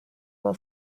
will